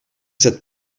cette